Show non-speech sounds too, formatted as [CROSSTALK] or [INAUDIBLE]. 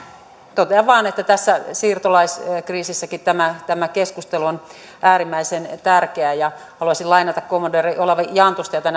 totean vain että tässä siirtolaiskriisissäkin tämä tämä keskustelu on äärimmäisen tärkeä ja haluaisin lainata kommodori olavi jantusta jota [UNINTELLIGIBLE]